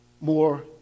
more